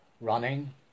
running